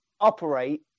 operate